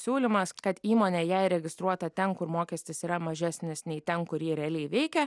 siūlymas kad įmonė jei registruota ten kur mokestis yra mažesnis nei ten kur ji realiai veikia